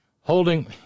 holding